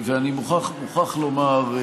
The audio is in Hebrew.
מוכרח לומר,